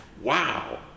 wow